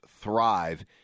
thrive